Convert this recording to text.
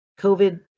COVID